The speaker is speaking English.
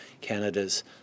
Canada's